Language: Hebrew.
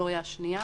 והקטגוריה השנייה